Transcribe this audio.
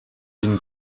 une